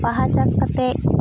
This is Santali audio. ᱵᱟᱦᱟ ᱪᱟᱥ ᱠᱟᱛᱮ